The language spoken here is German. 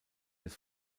des